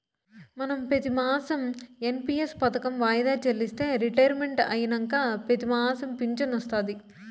మనం పెతిమాసం ఎన్.పి.ఎస్ పదకం వాయిదా చెల్లిస్తే రిటైర్మెంట్ అయినంక పెతిమాసం ఫించనొస్తాది